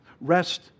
Rest